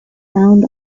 found